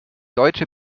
deutsche